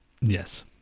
Yes